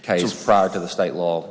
cases prior to the state law